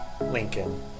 Lincoln